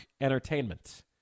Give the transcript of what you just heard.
entertainment